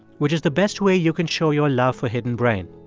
which is the best way you can show your love for hidden brain.